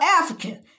African